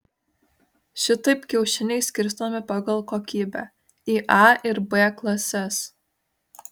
šitaip kiaušiniai skirstomi pagal kokybę į a ir b klases